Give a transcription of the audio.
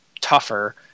tougher